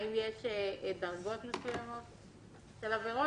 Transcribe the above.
האם יש דרגות מסוימות של עבירות?